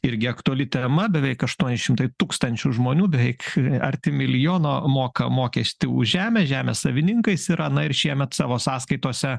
irgi aktuali tema beveik aštuoni šimtai tūkstančių žmonių beveik arti milijono moka mokestį už žemę žemės savininkais yra na ir šiemet savo sąskaitose